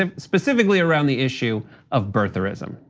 um specifically around the issue of birtherism.